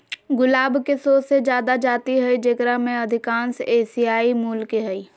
गुलाब के सो से जादा जाति हइ जेकरा में अधिकांश एशियाई मूल के हइ